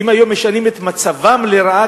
ואם היום משנים את מצבן לרעה,